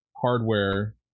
hardware